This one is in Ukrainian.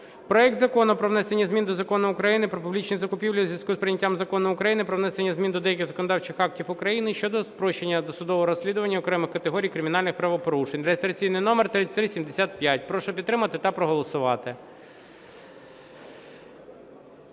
проект Закону про внесення змін до Закону України "Про публічні закупівлі" у зв'язку з прийняттям Закону України "Про внесення змін до деяких законодавчих актів України щодо спрощення досудового розслідування окремих категорій кримінальних правопорушень" (реєстраційний номер 3375). Прошу підтримати та проголосувати.